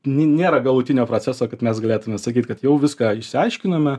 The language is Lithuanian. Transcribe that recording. nėra galutinio proceso kad mes galėtume sakyt kad jau viską išsiaiškinome